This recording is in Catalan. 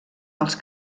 els